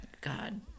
god